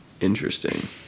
Interesting